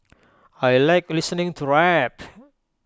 I Like listening to rap